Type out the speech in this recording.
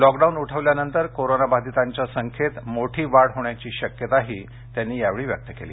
lockdown उठवल्यानंतर कोरोनाबाधितांच्या संख्येत मोठी वाढ होण्याची शक्यताही त्यांनी यावेळी व्यक्त केली